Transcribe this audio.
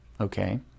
Okay